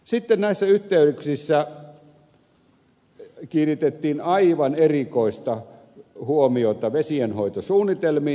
sitten näissä yhteyksissä kiinnitettiin aivan erikoista huomiota vesienhoitosuunnitelmiin